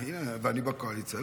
הינה, ואני בקואליציה.